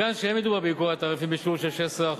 מכאן שאין מדובר בייקור התעריפים בשיעור 16%,